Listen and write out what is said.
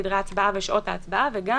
סדרי הצבעה ושעות ההצבעה וגם